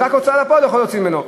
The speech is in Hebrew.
רק הוצאה לפועל יכולה להוציא ממנו.